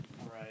right